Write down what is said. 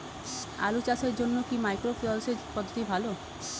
আলু চাষের জন্য কি মাইক্রো জলসেচ পদ্ধতি ভালো?